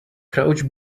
crouch